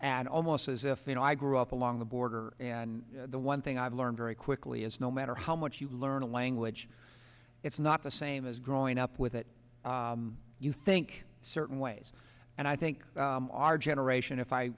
at almost as if they know i grew up along the border and the one thing i've learned very quickly is no matter how much you learn a language it's not the same as growing up with it you think certain ways and i think our generation if i